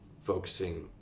focusing